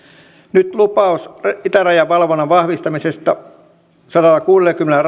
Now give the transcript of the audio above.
nyt lupaus itärajan valvonnan vahvistamisesta sadallakuudellakymmenellä